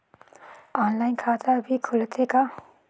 Online खाता भी खुलथे का?